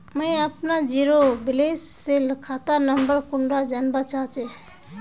मुई अपना zero balance सेल खाता नंबर कुंडा जानवा चाहची?